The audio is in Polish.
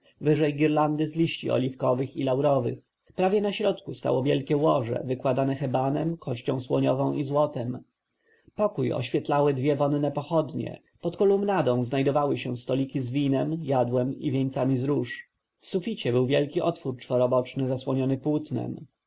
wyżej girlandy z liści oliwkowych i laurowych prawie na środku stało wielkie łoże wykładane hebanem kością słoniową i złotem pokój oświetlały dwie wonne pochodnie pod kolumnadą znajdowały się stoliki z winem jadłem i wieńcami z róż w suficie był wielki otwór czworoboczny zasłonięty płótnem